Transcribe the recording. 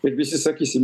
ir visi sakysime